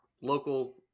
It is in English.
local